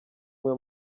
imwe